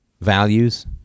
values